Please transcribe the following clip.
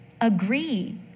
agree